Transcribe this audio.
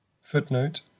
footnote